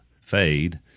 fade